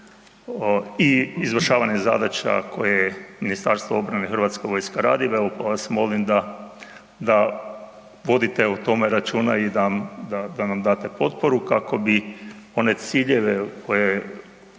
i izvršavanjem zadaća koje je MORH i hrvatska vojska radi, evo pa vas molim da vodite o tome računa i da nam date potporu kako bi one ciljeve koje,